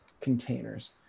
containers